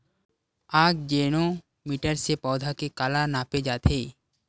आकजेनो मीटर से पौधा के काला नापे जाथे?